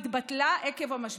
התבטלה עקב המשבר,